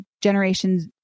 generations